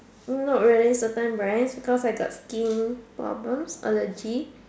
not really certain brands because I have skin problem allergy